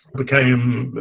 became